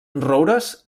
roures